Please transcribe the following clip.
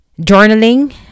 journaling